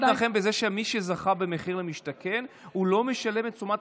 אפשר להתנחם בזה שמי שזכה במחיר למשתכן לא משלם את תשומת